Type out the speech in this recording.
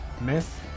Miss